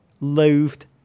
Loathed